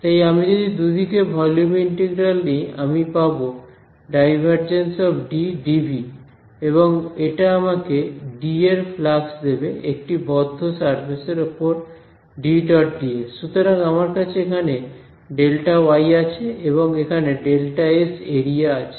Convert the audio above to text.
তাই আমি যদি দুদিকে ভলিউম ইন্টিগ্রাল নিই আমি পাব ∇DdV এবং এটা আমাকে ডি এর ফ্লাক্স দেবে একটি বদ্ধ সারফেস এর উপর DdS সুতরাং আমার কাছে এখানে Δy আছে এবং এখানে ΔS এরিয়া আছে